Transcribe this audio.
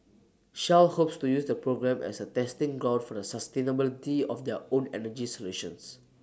shell hopes to use the program as A testing ground for the sustainability of their own energy solutions